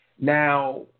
Now